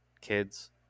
kids